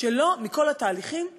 שלא בכל התהליכים שמחתי.